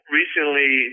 recently –